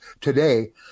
today